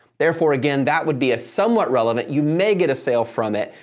therefore, again, that would be a somewhat relevant. you may get a sale from it,